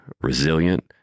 resilient